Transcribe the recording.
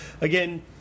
Again